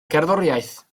gerddoriaeth